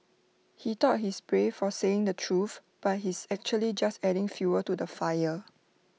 he thought he's brave for saying the truth but he's actually just adding fuel to the fire